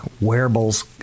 wearables